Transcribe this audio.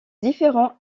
différents